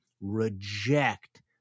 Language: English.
reject